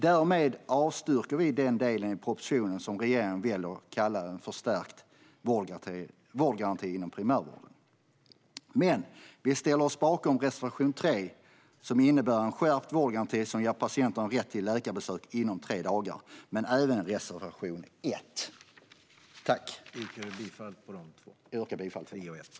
Därmed avstyrker vi den delen i propositionen som regeringen väljer att kallar en förstärkt vårdgaranti inom primärvården Vi ställer oss bakom reservation 3 som innebär en skärpt vårdgaranti som ger patienterna rätt till läkarbesök inom tre dagar. Vi ställer oss även bakom även reservation 1. Jag yrkar bifall till reservationerna 3 och 1.